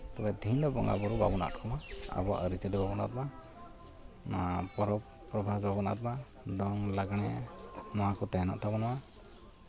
ᱛᱚᱵᱮ ᱛᱮᱦᱮᱧ ᱫᱚ ᱵᱚᱸᱜᱟᱼᱵᱳᱨᱳ ᱵᱟᱵᱚᱱ ᱟᱫ ᱠᱚᱢᱟ ᱟᱵᱚᱣᱟᱜ ᱟᱹᱨᱤᱼᱪᱟᱹᱞᱤ ᱵᱟᱵᱚᱱ ᱟᱫ ᱢᱟ ᱱᱚᱣᱟ ᱯᱚᱨᱚᱵᱽ ᱯᱚᱨᱵᱷᱟᱥ ᱵᱟᱵᱚᱱ ᱟᱫ ᱢᱟ ᱫᱚᱝ ᱞᱟᱜᱽᱲᱮ ᱱᱚᱣᱟ ᱠᱚ ᱛᱟᱦᱮᱱᱚᱜ ᱛᱟᱵᱳᱱ ᱢᱟ